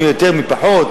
מי יותר מי פחות.